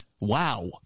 Wow